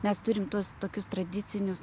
mes turime tuos tokius tradicinius